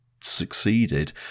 succeeded